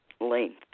length